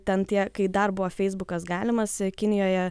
ten tie kai dar buvo feisbukas galimas kinijoje